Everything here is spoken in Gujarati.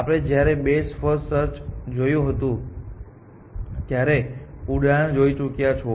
આપણે જયારે બેસ્ટ ફર્સ્ટ સર્ચ જોયું હતું ત્યારે આ ઉદાહરણ જોઈ ચૂક્યા છો